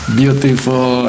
beautiful